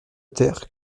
terre